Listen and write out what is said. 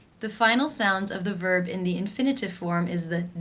the final sound of the verb in the infinitive form is the